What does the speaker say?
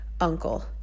uncle